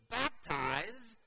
baptize